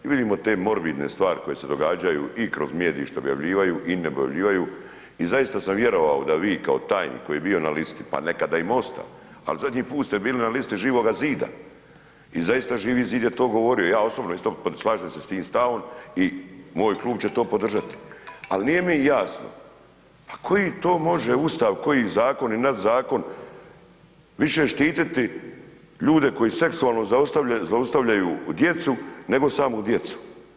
I vidimo te morbidne stvari koje se događaju i kroz medij što objavljivaju i ne objavljivaju i zaista sam vjerovao da vi kao tajnik koji je bio na listi, pa nekada i MOST-a, ali zadnji put ste bili na listi Živoga zida i zaista Živo zid je to govorio i ja osobno isto slažem se s tim stavom i moj klub će to podržati, ali nije mi jasno pa koji to može Ustav, koji zakoni, nadzakon više štititi ljude koji seksualno zlostavljaju djecu nego samu djecu.